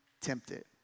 tempted